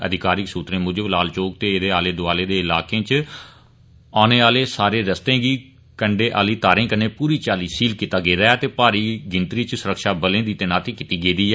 अधिकारिक सूत्रें मुजब लाल चौक ते एहदे आले दुआले दे इलाकें इच औने आहले सारे रस्ते गी कण्डे आहली तारें कन्नै पूरी चाल्ली सील कीता गेदा ऐ ते भारी गिनतरी इच सुरक्षा बलें दी तैनाती कीती गेदी ऐ